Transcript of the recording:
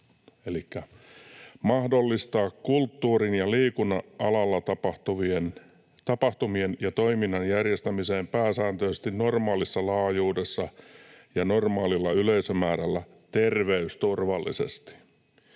”mahdollistaa kulttuurin ja liikunnan alalla tapahtumien ja toiminnan järjestämisen pääsääntöisesti normaalissa laajuudessa ja normaalilla yleisömäärällä terveysturvallisesti”.